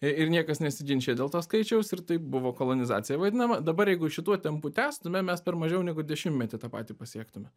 ir niekas nesiginčija dėl to skaičiaus ir taip buvo kolonizacija vadinama dabar jeigu šituo tempu tęstume mes per mažiau negu dešimtmetį tą patį pasiektume